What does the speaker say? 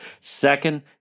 Second